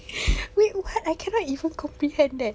wait what I cannot even comprehend that